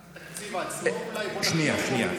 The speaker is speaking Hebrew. אולי בתקציב עצמו, בוא נחשוב שנייה.